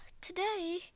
today